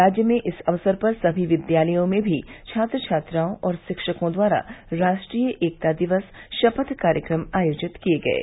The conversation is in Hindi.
राज्य में इस अवसर पर सभी विद्यालयों में भी छात्र छात्राओं और शिक्षकों द्वारा राष्ट्रीय एकता दिक्स शपथ कार्यक्रम आयोजित किये गये